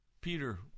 Peter